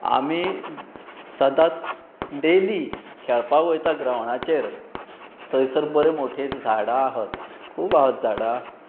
आमी सदांच डेली खेळपाक वयता ग्रावंडाचेर थंयसर बरें मोटे झाडां आहत खूब आहत झाडां